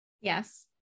Yes